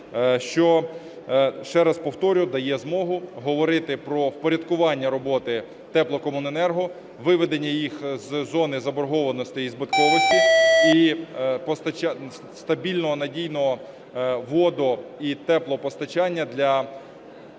що, ще раз повторюю, дає змогу говорити про впорядкування роботи теплокомуненерго, виведення їх із зони заборгованості і збитковості, і стабільного, надійного водо- і теплопостачання для